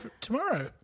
tomorrow